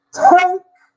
take